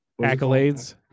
Accolades